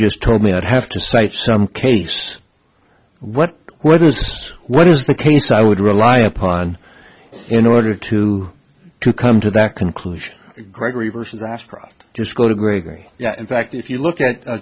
just told me i'd have to cite some case what whether what is the case i would rely upon in order to to come to that conclusion gregory versus ashcroft just go to gregory yeah in fact if you look at